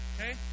Okay